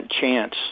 chance